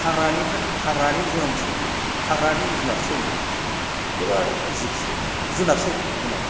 हाग्रानिफ्राय हाग्रानि जोनोमसो बियो हाग्रानि जुनारसो बियो एबा जिबसो जुनारसो जुनार